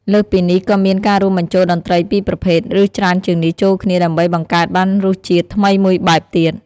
លើសពីនេះ ក៏មាន ការរួមបញ្ចូលតន្ត្រីពីរប្រភេទ ឬ ច្រើនជាងនេះ ចូលគ្នា ដើម្បី បង្កើតបានរសជាតិថ្មីមួយបែបទៀត។